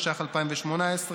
התשע"ח 2018,